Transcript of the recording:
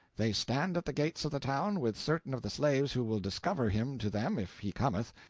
they stand at the gates of the town, with certain of the slaves who will discover him to them if he cometh,